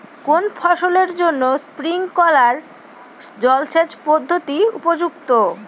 কোন ফসলের জন্য স্প্রিংকলার জলসেচ পদ্ধতি উপযুক্ত?